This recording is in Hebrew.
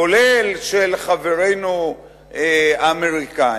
כולל של חברינו האמריקנים,